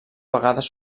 vegades